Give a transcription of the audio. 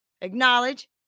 acknowledge